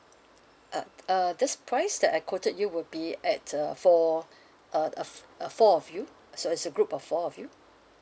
uh t~ uh this price that I quoted you would be at a four uh uh f~ uh four of you uh so it's a group of four of you